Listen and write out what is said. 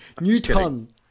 Newton